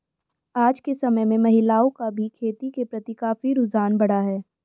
आज के समय में महिलाओं का भी खेती के प्रति काफी रुझान बढ़ा है